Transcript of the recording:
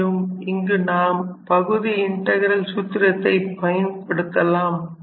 மேலும் இங்கு நாம் பகுதி இன்டகிரல் சூத்திரத்தை பயன்படுத்தலாம்